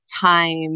time